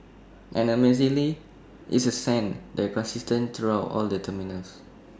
and amazingly it's A scent that's consistent throughout all the terminals